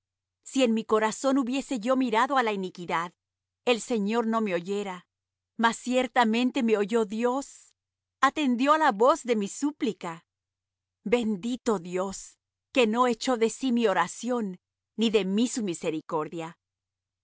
si en mi corazón hubiese yo mirado á la iniquidad el señor no me oyera mas ciertamente me oyó dios antendió á la voz de mi súplica bendito dios que no echó de sí mi oración ni de mí su misericordia